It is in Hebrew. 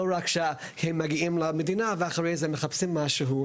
לא רק שהם מגיעים למדינה ואחרי זה מחפשים משהו,